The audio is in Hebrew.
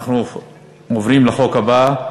אנחנו עוברים לחוק הבא: